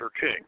King